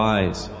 Wise